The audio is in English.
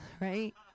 Right